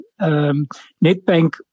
Netbank